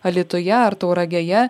alytuje ar tauragėje